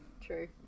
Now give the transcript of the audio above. True